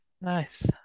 Nice